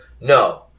No